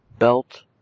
Belt